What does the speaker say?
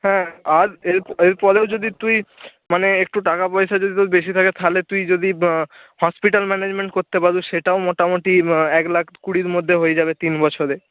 হ্যাঁ আর এর এরপরেও যদি তুই মানে একটু টাকা পয়সা যদি তোর বেশি থাকে তাহলে তুই যদি হসপিটাল ম্যানেজমেন্ট করতে পারবি সেটাও মোটামুটি এক লাখ কুড়ির মধ্যে হয়ে যাবে তিন বছরে